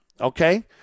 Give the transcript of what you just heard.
okay